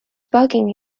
bugging